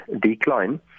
decline